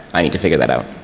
i need to figure that out.